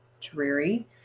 dreary